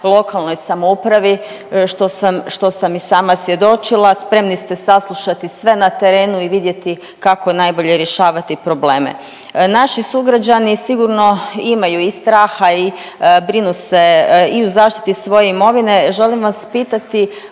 lokalnoj samoupravi što sam i sama svjedočila. Spremni ste saslušati sve na terenu i vidjeti kako najbolje rješavati probleme. Naši sugrađani sigurno imaju i straha i brinu se i u zaštiti svoje imovine. Želim vas pitati